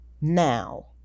now